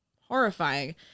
horrifying